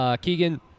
Keegan